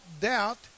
doubt